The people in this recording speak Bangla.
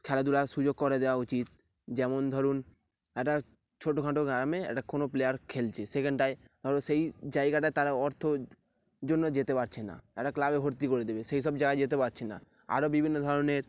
খেলাধুলার সুযোগ করে দেওয়া উচিত যেমন ধরুন একটা ছোটখাটো গ্রামে একটা কোনো প্লেয়ার খেলছে সেখানটায় ধরো সেই জায়গাটায় তারা অর্থর জন্য যেতে পারছে না একটা ক্লাবে ভর্তি করে দেবে সেই সব জায়গায় যেতে পারছে না আরও বিভিন্ন ধরনের